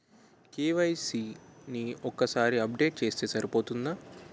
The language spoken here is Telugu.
కే.వై.సీ ని ఒక్కసారి అప్డేట్ చేస్తే సరిపోతుందా?